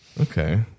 Okay